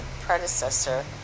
predecessor